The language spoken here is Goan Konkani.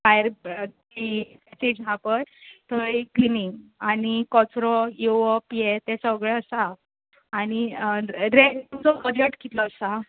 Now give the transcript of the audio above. भायर ती पॅसेज आसा पळय थंय क्लिनींग आनी कचरो येवप हें तें सगळें आसा आनी रॅ तुमचो बजट कितलो आसा